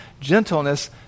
gentleness